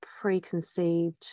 preconceived